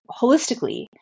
holistically